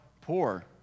poor